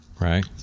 Right